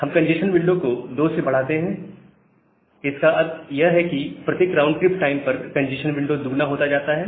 हम congestion window को 2 से बढ़ाते हैं इसका अर्थ यह है कि प्रत्येक राउंड ट्रिप टाइम पर कंजेस्शन विंडो दुगना होता जाता है